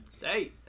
Hey